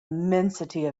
immensity